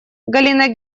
галина